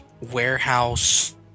warehouse